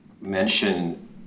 mention